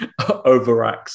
overacts